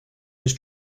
his